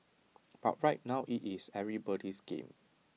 but right now IT is everybody's game